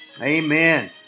amen